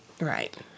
Right